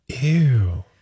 Ew